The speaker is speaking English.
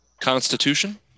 constitution